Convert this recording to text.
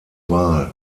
wahl